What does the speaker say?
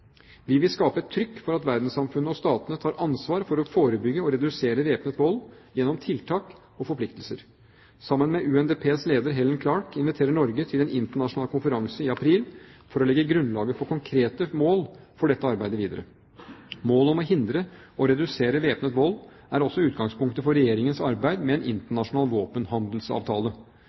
Vi vil skape et trykk for at verdenssamfunnet og statene tar ansvar for å forebygge og redusere væpnet vold gjennom tiltak og forpliktelser. Sammen med UNDPs leder Helen Clark inviterer Norge til en internasjonal konferanse i Oslo i april for å legge grunnlaget for konkrete mål for dette arbeidet videre. Målet om å hindre og redusere væpnet vold er også utgangspunktet for Regjeringens arbeid med en internasjonal våpenhandelsavtale.